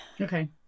Okay